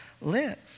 live